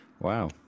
Wow